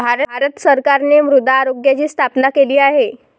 भारत सरकारने मृदा आरोग्याची स्थापना केली आहे